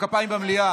התש"ף 2020,